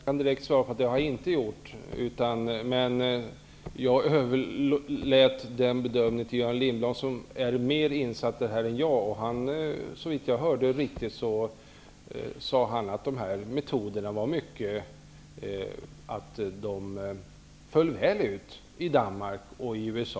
Herr talman! Jag kan direkt svara på det. Det har jag inte gjort. Jag överlät den bedömningen till Göran Lindblad som är mer insatt i detta än vad jag är. Såvitt jag hörde sade han att de här metoderna föll väl ut i Danmark och USA.